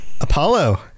apollo